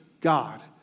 God